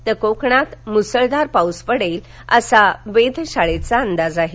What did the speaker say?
तर कोकणात मात्र मुसळधार पाऊस पडेल असा वेधशाळेचा अंदाज आहे